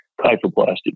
kyphoplasty